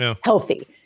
Healthy